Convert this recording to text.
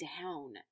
down